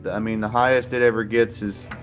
i mean the highest it ever gets is,